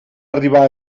arribar